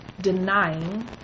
denying